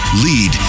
lead